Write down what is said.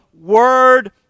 Word